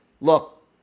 look